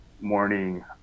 morning